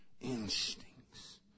instincts